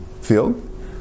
field